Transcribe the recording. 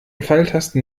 pfeiltasten